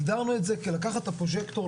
הגדרנו את זה כלקחת את הפרוג'קטור,